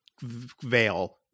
veil